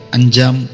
Anjam